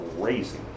crazy